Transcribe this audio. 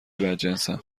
بدجنسم